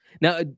Now